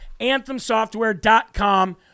AnthemSoftware.com